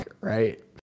right